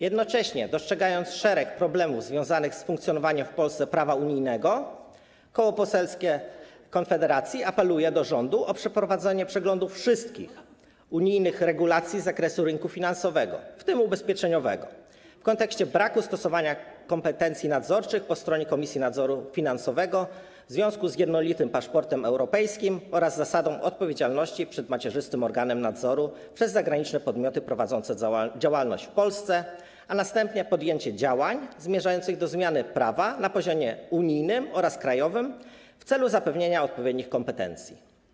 Jednocześnie dostrzegając szereg problemów związanych z funkcjonowaniem w Polsce prawa unijnego, Koło Poselskie Konfederacja apeluje do rządu o przeprowadzenie przeglądu wszystkich unijnych regulacji z zakresu rynku finansowego, w tym ubezpieczeniowego, w kontekście braku stosowania kompetencji nadzorczych po stronie Komisji Nadzoru Finansowego w związku z jednolitym paszportem europejskim oraz zasadą odpowiedzialności przed macierzystym organem nadzoru przez zagraniczne podmioty prowadzące działalność w Polsce, a następnie podjęcie działań zmierzających do zmiany prawa na poziomie unijnym oraz krajowym w celu zapewnienia odpowiednich kompetencji.